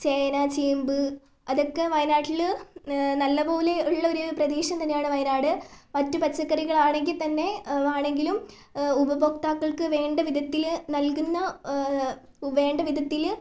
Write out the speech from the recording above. ചേന ചേമ്പ് അതൊക്കെ വയനാട്ടില് നല്ലപോലെ ഉള്ളൊരു പ്രദേശം തന്നെയാണ് വയനാട് മറ്റ് പച്ചക്കറികളാണെങ്കിൽ തന്നെ ആണെങ്കിലും ഉപഭോക്താക്കൾക്ക് വേണ്ട വിധത്തില് നൽകുന്ന വേണ്ട വിധത്തില്